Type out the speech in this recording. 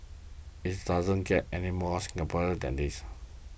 it's doesn't get any more Singaporean than this